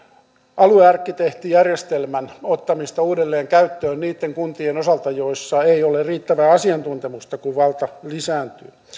aluearkkitehtijärjestelmän ottamista uudelleen käyttöön niitten kuntien osalta joissa ei ole riittävää asiantuntemusta kun valta lisääntyy